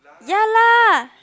ya lah